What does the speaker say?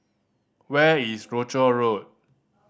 where is Rochor Road